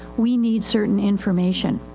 we need certain information.